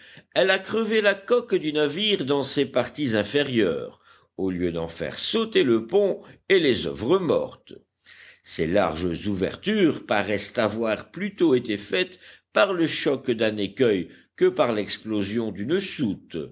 elle a crevé la coque du navire dans ses parties inférieures au lieu d'en faire sauter le pont et les oeuvres mortes ces larges ouvertures paraissent avoir plutôt été faites par le choc d'un écueil que par l'explosion d'une soute